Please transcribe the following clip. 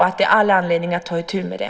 Det finns all anledning att ta itu med det.